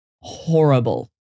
horrible